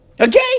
Okay